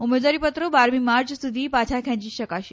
ઉમેદવારીપત્રો બારમી માર્ચ સુધી પાછા ખેંચી શકાશે